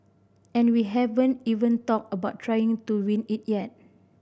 and we haven't even talked about trying to win it yet